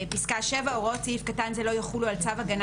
(7) הוראות סעיף קטן זה לא יחולו על צו הגנה